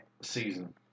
Season